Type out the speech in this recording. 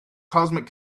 cosmic